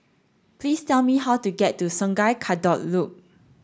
please tell me how to get to Sungei Kadut Loop